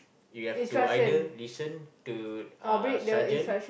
you have to either listen to uh sergeant